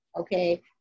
okay